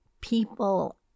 people